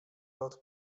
lot